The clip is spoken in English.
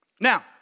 Now